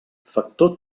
factor